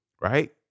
right